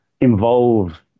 involve